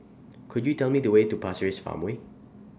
Could YOU Tell Me The Way to Pasir Ris Farmway